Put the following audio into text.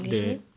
the